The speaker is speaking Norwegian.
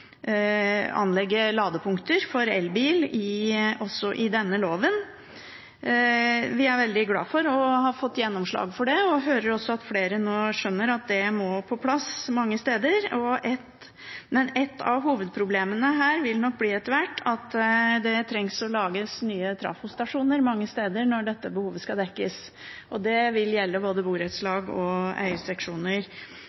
anlegge ladepunkter for elbil i denne loven. Vi er veldig glade for å ha fått gjennomslag for det, og vi hører også at flere nå skjønner at det må på plass mange steder. Men et av hovedproblemene her vil nok etter hvert bli at det trengs nye trafostasjoner mange steder når dette behovet skal dekkes. Det vil gjelde både